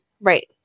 Right